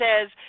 says